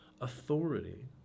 authority